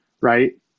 right